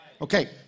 Okay